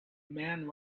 man